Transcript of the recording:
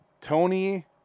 Tony